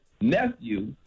nephew